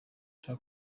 cya